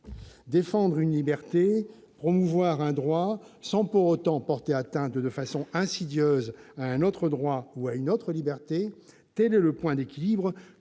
Défendre une liberté, promouvoir un droit sans pour autant porter atteinte de façon insidieuse à un autre droit ou à une autre liberté, tel est le point d'équilibre